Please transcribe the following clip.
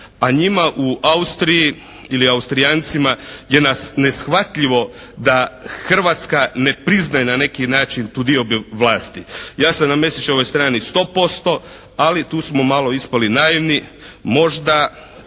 a njima u Austriji ili Austrijancima je neshvatljivo da Hrvatska ne priznaje na neki način tu diobu vlasti. Ja sam na Mesićevoj strani sto posto ali tu smo malo ispali naivni, možda